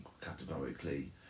categorically